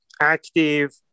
active